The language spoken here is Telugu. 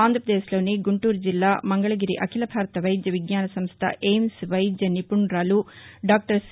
ఆంధ్రప్రదేశ్లోని గుంటూరు జిల్లా మంగళగిరి అఖీల భారత వైద్య విజ్ఞాన సంస్ల ఎయిమ్స్ వైద్య నిపుణురాలు డాక్టర్ సి